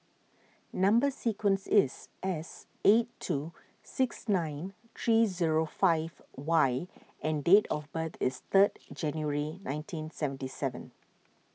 Number Sequence is S eight two six nine three zero five Y and date of birth is third January nineteen seventy seven